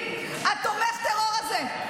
התומך טרור הזה,